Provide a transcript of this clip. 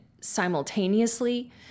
simultaneously